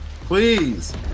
Please